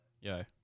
yo